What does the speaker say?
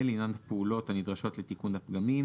לעניין הפעולות הנדרשות לתיקון הפגמים.